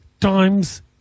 times